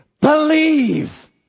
believe